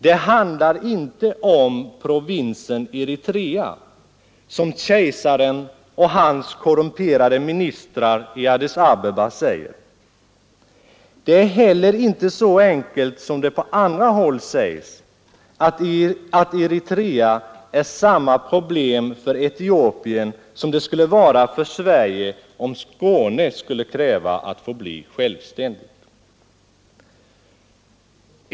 Det handlar inte om ”provinsen” Eritrea, som kejsaren och hans korrumperade ministrar i Addis Abeba kallar den. Det är heller inte så enkelt, som det på annat håll sägs, att Eritrea är samma problem för Etiopien som det skulle vara för Sverige om Skåne skulle kräva att få bli självständigt.